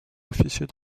officier